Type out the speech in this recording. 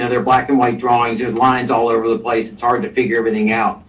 ah they're black and white drawings, there's lines all over the place. it's hard to figure everything out.